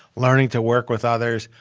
learning to work with others,